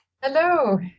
Hello